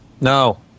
No